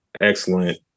excellent